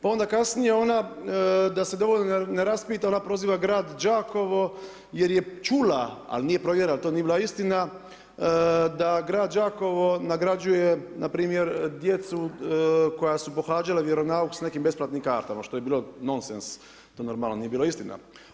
Pa onda kasnije ona, da se dovoljno ne raspita ona proziva grad Đakovo jer je čula ali nije provjerila jer to nije bila istina da grad Đakovo nagrađuje, npr. djecu koja su pohađala vjeronauk sa nekim besplatnim kartama što je bilo nonsens, to normalno nije bila istina.